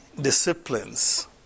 disciplines